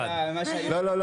1 ההסתייגות לא התקבלה.